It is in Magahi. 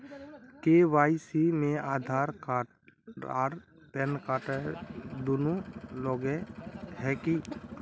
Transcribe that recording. के.वाई.सी में आधार कार्ड आर पेनकार्ड दुनू लगे है की?